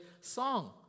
song